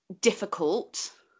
difficult